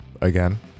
again